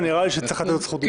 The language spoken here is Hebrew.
ונראה לי שצריך לתת לו זכות דיבור.